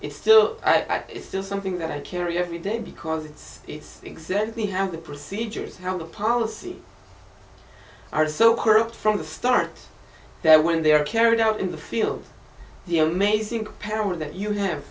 just something that i carry every day because it's exactly how the procedures how the policy are so corrupt from the start that when they are carried out in the field the amazing power that you have